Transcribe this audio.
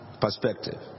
perspective